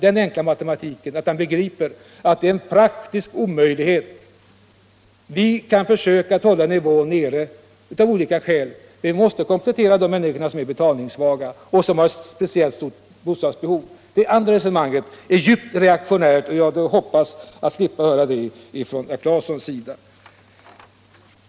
Den enkla matematiken kanske ändå herr Claeson kan begripa. Det är en praktisk omöjlighet. Vi kan av olika skäl försöka hålla hyresnivån nere, men vi måste alltid ge bidrag till de betalningssvaga människorna, som samtidigt har behov av en speciellt stor bostad. Det resonemanget är djupt reaktionärt, och jag hoppas att i fortsättningen slippa få höra det från herr Claesons sida.